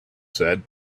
said